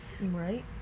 right